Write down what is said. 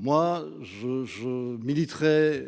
je, je militerai